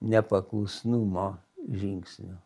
nepaklusnumo žingsnių